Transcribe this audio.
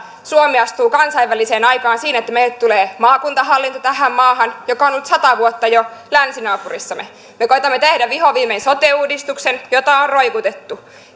suomi astuu kansainväliseen aikaan siinä että meille tulee tähän maahan maakuntahallinto joka on ollut jo sata vuotta länsinaapurissamme me koetamme tehdä vihdoin viimein sote uudistuksen jota on roikotettu